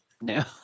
no